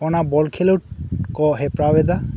ᱚᱱᱟ ᱵᱚᱞ ᱠᱷᱮᱞᱚᱴ ᱠᱚ ᱦᱮᱯᱨᱟᱣᱮᱫᱟ